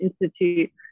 Institute